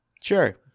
Sure